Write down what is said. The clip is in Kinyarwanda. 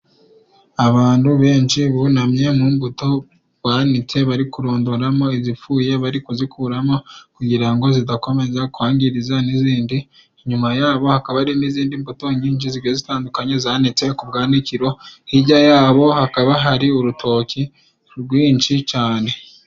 Abandu benshi bunamye mu mbuto banitse bari kurondoramo izipfuye bari kuzikuramo kugira ngo zidakomeza kwangiriza n'izindi, inyuma yabo hakaba hari n'izindi mbuto nyinji zitandukanye zanitse ku bwanikiro, hijya yabo hakaba hari urutoki rwinshi cane